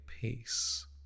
peace